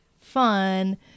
fun